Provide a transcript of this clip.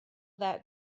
that